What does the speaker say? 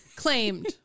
Claimed